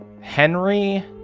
Henry